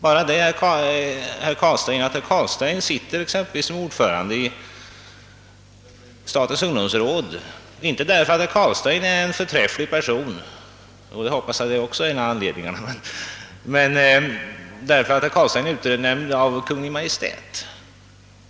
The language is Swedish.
Tag bara en sådan sak som att herr Carlstein sitter som ordförande i statens ungdomsråd inte därför att han är en förträfflig person — jag hoppas givetvis att det också är en av anledningarna! — utan därför att han är utnämnd av Kungl. Maj:t.